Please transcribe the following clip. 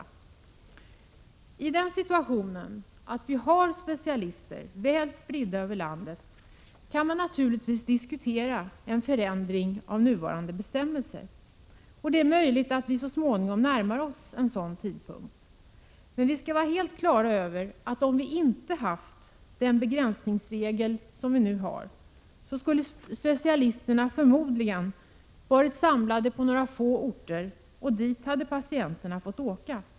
När vi väl befinner oss i den situationen att det finns specialister väl spridda över landet, kan vi naturligtvis diskutera en förändring av nuvarande bestämmelser. Det är möjligt att vi så småningom närmar oss den tidpunkten. Men vi skall vara helt klara över att specialisterna, om vi inte hade haft nu gällande begränsningsregel, förmodligen skulle ha varit samlade på några få orter, dit patienterna hade fått åka.